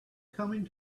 coming